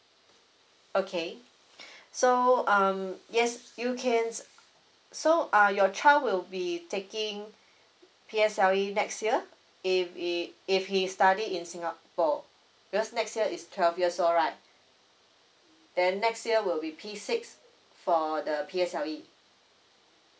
okay so um yes you can so uh your child will be taking P_S_L_E next year if if he study in singapore because next year is twelve years old right then next year will be p six for the P_S_L_E